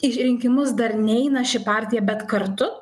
į rinkimus dar neina ši partija bet kartu